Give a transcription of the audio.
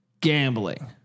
gambling